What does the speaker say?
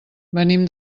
venim